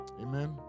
amen